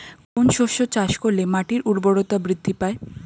কোন শস্য চাষ করলে মাটির উর্বরতা বৃদ্ধি পায়?